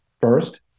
First